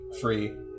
free